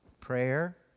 prayer